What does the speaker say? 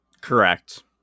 correct